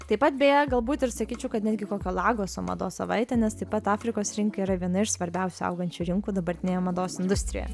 taip pat beje galbūt ir sakyčiau kad netgi kokio lagoso mados savaitė nes taip pat afrikos rinka yra viena iš svarbiausių augančių rinkų dabartinėje mados industrijoje